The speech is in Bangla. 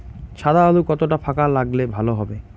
সাদা আলু কতটা ফাকা লাগলে ভালো হবে?